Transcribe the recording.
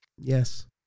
Yes